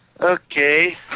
Okay